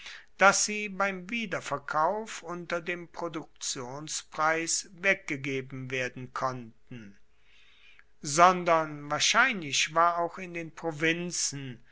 dass sie beim wiederverkauf unter dem produktionspreis weggegeben werden konnten sondern wahrscheinlich war auch in den provinzen